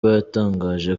yatangaje